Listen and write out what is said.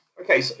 okay